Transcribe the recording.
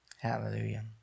Hallelujah